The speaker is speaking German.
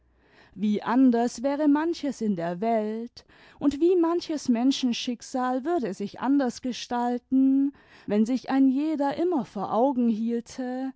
wie anders wäre manches in der welt und wie manches menschenschicksal würde sich anders gestalten wenn sich ein jeder immer vor augen hielte